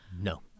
No